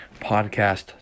podcast